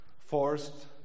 forced